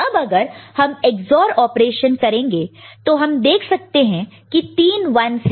अब अगर हम EX OR ऑपरेशन करेंगे तो हम देख सकते हैं की तीन 1's है